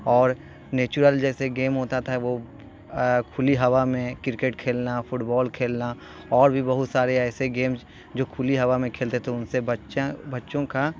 اور نیچورل جیسے گیم ہوتا تھا وہ کھلی ہوا میں کرکٹ کھیلنا فٹبال کھیلنا اور بھی بہت سارے ایسے گیم جو کھلی ہوا میں کھیلتے تھے ان سے بچہ بچوں کا